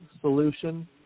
solution